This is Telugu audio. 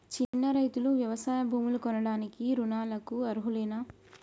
చిన్న రైతులు వ్యవసాయ భూములు కొనడానికి రుణాలకు అర్హులేనా?